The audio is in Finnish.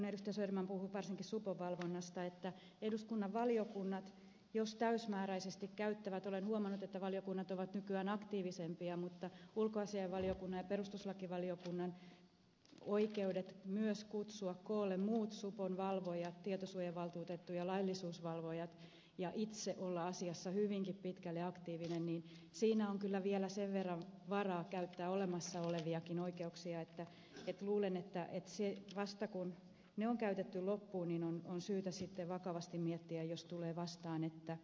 söderman puhui varsinkin supon valvonnasta että jos eduskunnan valiokunnat täysimääräisesti käyttävät olen huomannut että valiokunnat ovat nykyään aktiivisempia ulkoasiainvaliokunnan ja perustuslakivaliokunnan oikeudet myös kutsua koolle muut supon valvojat tietosuojavaltuutetun ja laillisuusvalvojat ja itse olla asiassa hyvinkin pitkälle aktiivinen niin siinä on kyllä vielä sen verran varaa käyttää olemassa oleviakin oikeuksia että luulen että vasta kun ne on käytetty loppuun on syytä sitten vakavasti miettiä jos tulee vastaan että ei riitä